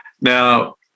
Now